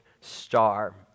star